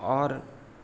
اور